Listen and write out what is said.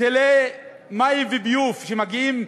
היטלי מים וביוב שמגיעים